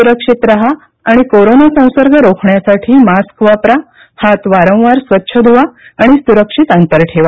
सुरक्षित राहा आणि कोरोना संसर्ग रोखण्यासाठी मास्क वापरा हात वारंवार स्वच्छ धुवा सुरक्षित अंतर ठेवा